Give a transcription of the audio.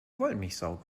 wollmilchsau